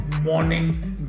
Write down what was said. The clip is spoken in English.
morning